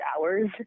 hours